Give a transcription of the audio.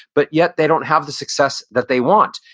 but yet, they don't have the success that they want.